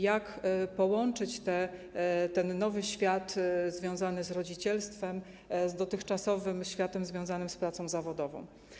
Jak połączyć ten nowy świat związany z rodzicielstwem z dotychczasowym światem związanym z pracą zawodową?